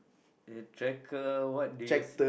uh tracker what do you